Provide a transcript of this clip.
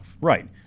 Right